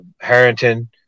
Harrington